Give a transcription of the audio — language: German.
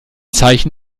zeichen